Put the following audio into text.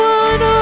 one